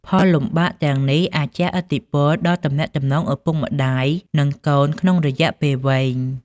ផលលំបាកទាំងនេះអាចជះឥទ្ធិពលដល់ទំនាក់ទំនងឪពុកម្ដាយ និងកូនក្នុងរយៈពេលវែង។